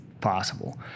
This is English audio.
possible